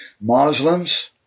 Muslims